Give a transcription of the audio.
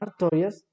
Artorias